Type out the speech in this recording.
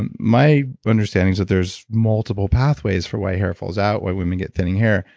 um my understanding is that there's multiple pathways for why hair falls out, why women get thinning hair.